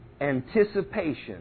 anticipation